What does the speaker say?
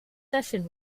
session